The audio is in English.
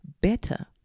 better